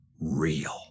real